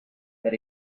that